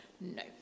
No